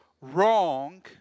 wrong